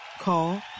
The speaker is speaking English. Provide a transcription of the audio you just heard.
Call